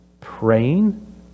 praying